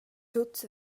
tuts